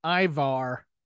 Ivar